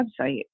website